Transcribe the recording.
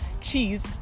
cheese